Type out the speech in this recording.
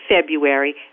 February